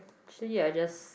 actually I just